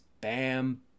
bam